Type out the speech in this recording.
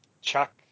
Chuck